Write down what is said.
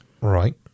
Right